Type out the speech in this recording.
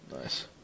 Nice